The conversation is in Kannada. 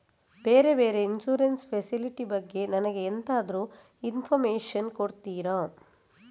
ಬೇರೆ ಬೇರೆ ಇನ್ಸೂರೆನ್ಸ್ ಫೆಸಿಲಿಟಿ ಬಗ್ಗೆ ನನಗೆ ಎಂತಾದ್ರೂ ಇನ್ಫೋರ್ಮೇಷನ್ ಕೊಡ್ತೀರಾ?